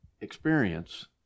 Experience